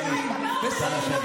הוא, כי שרים באים ושרים הולכים,